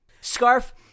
Scarf